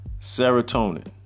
serotonin